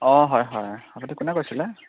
অঁ হয় হয় আপুনি কোনে কৈছিলে